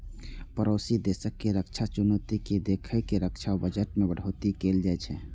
पड़ोसी देशक रक्षा चुनौती कें देखैत रक्षा बजट मे बढ़ोतरी कैल जाइ छै